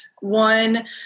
one